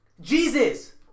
Jesus